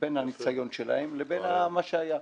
שבין הניסיון שלהם לבין הדברים החדשים.